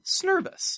Snervous